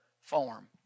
form